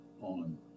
on